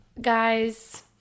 Guys